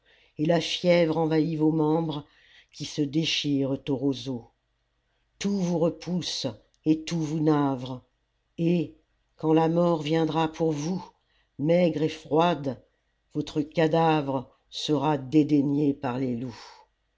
et la fièvre envahit vos membres qui se déchirent aux roseaux tout vous repousse et tout vous navre et quand la mort viendra pour vous maigre et froide votre cadavre sera dédaigné par les loups